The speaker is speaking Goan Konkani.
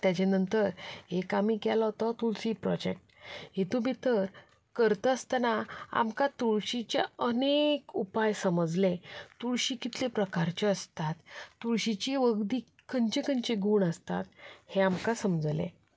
ताज्या नंतर एक आमी केलो तो तुलसी प्रोजेक्ट हेतू भितर करता आसतना आमकां तुळशीच्या अनेक उपाय समजले तुळशी कितल्या प्रकारच्यो आसतात तुळशीचे वखदी खंयचे खंयचे गूण आसतात हें आमकां समजलें